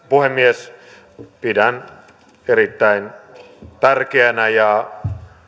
puhemies pidän erittäin tärkeänä ja